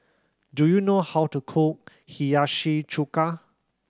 do you know how to cook Hiyashi Chuka